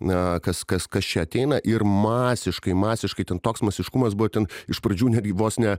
na kas kas kas čia ateina ir masiškai masiškai ten toks masiškumas buvo ten iš pradžių netgi vos ne